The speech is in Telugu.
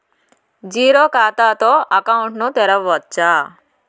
జీరో ఖాతా తో అకౌంట్ ను తెరవచ్చా?